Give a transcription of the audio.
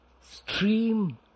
stream